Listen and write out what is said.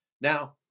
Now